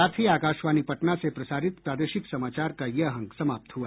इसके साथ ही आकाशवाणी पटना से प्रसारित प्रादेशिक समाचार का ये अंक समाप्त हुआ